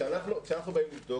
כשאנחנו באים לבדוק,